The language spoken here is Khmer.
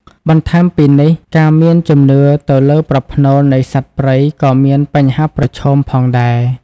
បន្ថែមពីនេះ ការមានជំនឿទៅលើប្រផ្នូលនៃសត្វព្រៃក៏មានបញ្ហាប្រឈមផងដែរ។